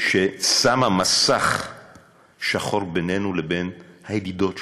ששמה מסך שחור בינינו לבין הידידות שלנו.